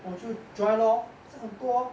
我就 join lor 是很多